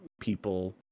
people